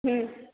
हं